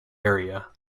area